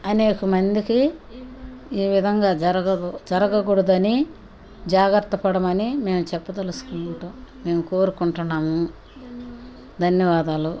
అనేక మందికి ఈ విధంగా జరగకు జరగకూడదని జాగ్రత్త పడమని మేం చెప్పదలుచుకుంటాం మేము కోరుకుంటున్నాము ధన్యవాదాలు